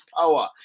power